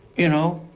you know.